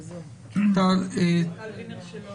שעה)(בידוד בפיקוח טכנולוגי של אדם שנכנס לישראל),